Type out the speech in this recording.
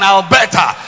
Alberta